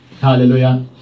Hallelujah